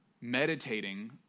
meditating